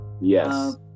Yes